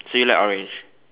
so you like orange